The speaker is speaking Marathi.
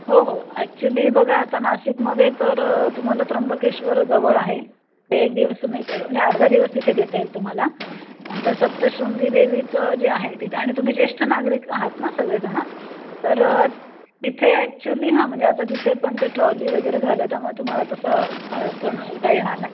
हो हो ॲक्च्युली बघा आता नाशिकमध्ये तर तुम्हाला त्रंबकेश्वर जवळ आहे ते एक दिवस तुम्ही कर म्हणजे अर्धा दिवस तिथे देता येईल तुम्हाला नंतर सप्तशृंगी देवीचं जे आहे तिथे आणि तुम्ही ज्येष्ठ नागरिक आहात ना सगळेजणं तर तिथे ॲक्च्युअली हा म्हणजे आता तिथे पण ते ट्रॉली वगैरे झाले त्यामुळे तुम्हाला तसं कोणं काय येणार नाही